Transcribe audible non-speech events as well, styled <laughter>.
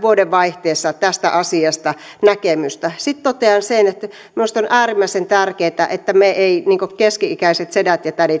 vuodenvaihteessa tästä asiasta näkemystä sitten totean sen että minusta on äärimmäisen tärkeätä että emme vain me keski ikäiset sedät ja tädit <unintelligible>